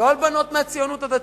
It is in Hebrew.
לא על בנות מהציונות הדתית,